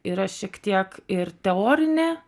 yra šiek tiek ir teorinė